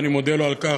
ואני מודה לו על כך,